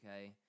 okay